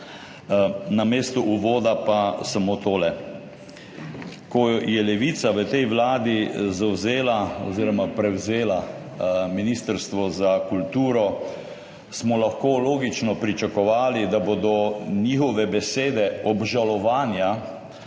Namesto uvoda pa samo tole. Ko je Levica v tej vladi prevzela Ministrstvo za kulturo, smo lahko logično pričakovali, da bodo njihove besede obžalovanja,